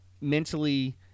mentally